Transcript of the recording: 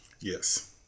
yes